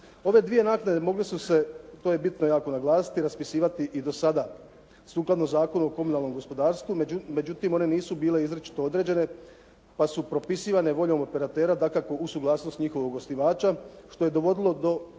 Ove dvije naknade mogle su se, to je bitno jako naglasiti, raspisivati i do sada, sukladno Zakonu o komunalnom gospodarstvu, međutim one nisu bile izričito određene pa su propisivane voljom operatera, dakako uz suglasnost njihovog osnivača što je dovodilo do